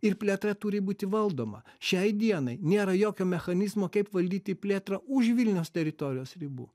ir plėtra turi būti valdoma šiai dienai nėra jokio mechanizmo kaip valdyti plėtrą už vilniaus teritorijos ribų